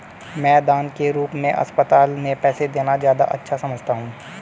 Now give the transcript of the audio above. मैं दान के रूप में अस्पताल में पैसे देना ज्यादा अच्छा समझता हूँ